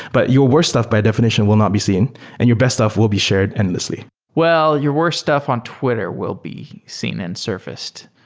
but your worst stuff by defi nition will not be seen and your best stuff will be shared endlessly well, your worst stuff on twitter will be seen and surfaced.